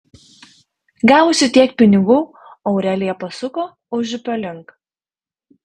gavusi tiek pinigų aurelija pasuko užupio link